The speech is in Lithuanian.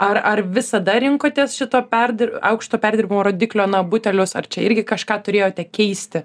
ar ar visada rinkotės šito perdir aukšto perdirbimo rodiklio na butelius ar čia irgi kažką turėjote keisti